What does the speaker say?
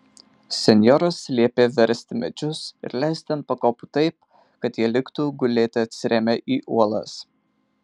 senjoras liepė versti medžius ir leisti ant pakopų taip kad jie liktų gulėti atsirėmę į uolas